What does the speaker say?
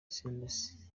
cyrus